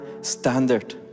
standard